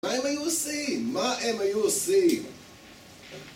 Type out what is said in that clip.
מה הם היו עושים? מה הם היו עושים?